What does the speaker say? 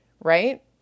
right